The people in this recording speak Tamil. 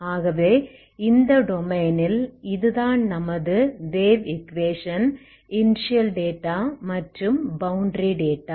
ஆகவே இந்த டொமைனில் இதுதான் நமது வேவ் ஈக்குவேஷன் இனிஸியல் டேட்டா மற்றும் பௌண்டரி டேட்டா